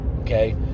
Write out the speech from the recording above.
okay